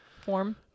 form